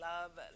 Love